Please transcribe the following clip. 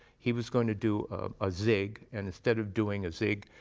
he was going to do ah a zig, and instead of doing a zig,